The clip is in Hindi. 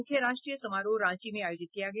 मुख्य राष्ट्रीय समारोह रांची में आयोजित किया गया